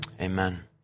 Amen